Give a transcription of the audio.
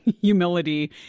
humility